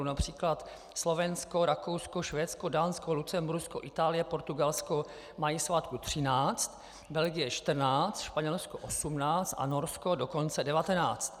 Například Slovensko, Rakousko, Švédsko, Dánsko, Lucembursko, Itálie, Portugalsko mají svátků 13, Belgie 14, Španělsko 18 a Norsko dokonce 19.